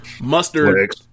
Mustard